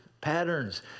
Patterns